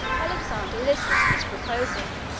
alexander listened to this proposal.